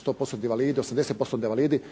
100% invalidi, 80% invalidi